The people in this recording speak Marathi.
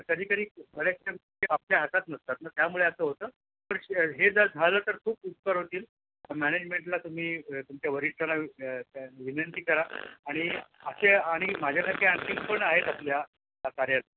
तर कधीकधी थोड्याशा गोष्टी आपल्या हातात नसतात ना त्यामुळे असं होतं पण श हे जर झालं तर खूप उपकार होतील मॅनेजमेंटला तुम्ही तुमच्या वरिष्ठाना विनंती करा आणि असे आणि माझ्यासारखे आणखी पण आहेत आपल्या कार्या